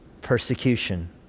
persecution